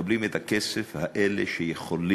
מקבלים את הכסף אלה שיכולים